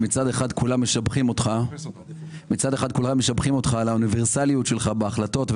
שמצד אחד כולם משבחים אותך על האוניברסליות שלך בהחלטות,